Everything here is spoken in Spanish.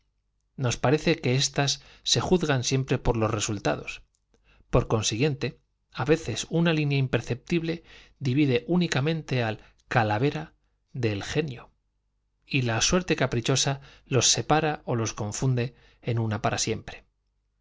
nos parece que éstas se juzgan siempre por los ella el estancarse sería perecer se creería falta resultados por consiguiente á veces una línea de recursos ó de mérito su constancia cuando imperceptible divide únicamente al calavera su boga decae la reanima con algún escándalo del genio y la suerte caprichosa les separa o los confunde en una para siempre